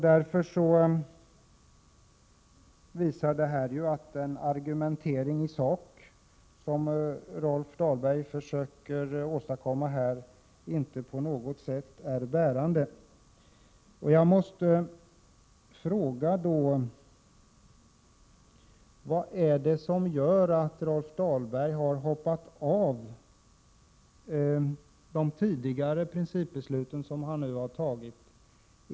Detta visar att den argumentering i sak som Rolf Dahlberg försöker åstadkomma här inte på något sätt är bärande. Jag måste fråga: Vad är det som gör att Rolf Dahlberg har hoppat av de tidigare principbeslut som han har varit med om?